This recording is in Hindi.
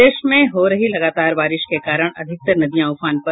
प्रदेश में हो रही लगातार बारिश के कारण अधिकतर नदियां उफान पर